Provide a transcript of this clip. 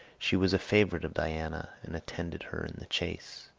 she was a favorite of diana, and attended her in the chase.